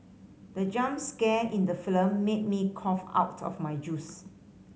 the jump scare in the film made me cough out my juice